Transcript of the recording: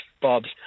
Bob's